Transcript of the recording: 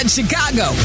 Chicago